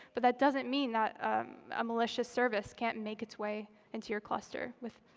but that doesn't mean that a malicious service can't make its way into your cluster with,